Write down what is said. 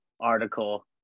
article